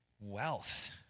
wealth